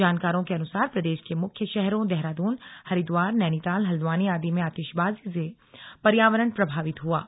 जानकारों के अनुसार प्रदेश के मुख्य शहरों देहरादून हरिद्वार नैनीताल हल्द्वानी आदि में आतिशबाजी से पर्यावरण प्रभावित हुआ है